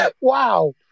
Wow